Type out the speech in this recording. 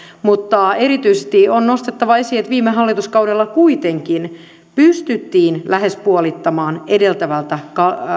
mutta erityisesti on nostettava esiin että viime hallituskaudella kuitenkin pystyttiin lähes puolittamaan edeltävältä